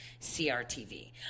CRTV